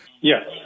Yes